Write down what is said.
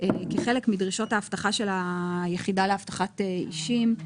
כחלק מדרישות האבטחה של היחידה לאבטחת אישים,